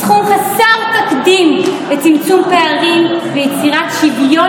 סכום חסר תקדים לצמצום פערים ויצירת שוויון